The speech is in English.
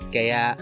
Kaya